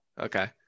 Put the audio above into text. Okay